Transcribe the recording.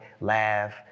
laugh